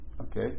okay